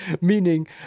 meaning